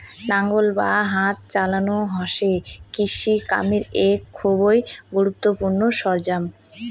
নাঙ্গল বা হাল চালানো হসে কৃষি কামের এক খুবই গুরুত্বপূর্ণ সরঞ্জাম